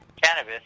cannabis